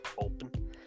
open